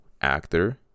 actor